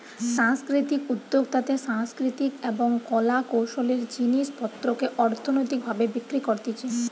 সাংস্কৃতিক উদ্যোক্তাতে সাংস্কৃতিক এবং কলা কৌশলের জিনিস পত্রকে অর্থনৈতিক ভাবে বিক্রি করতিছে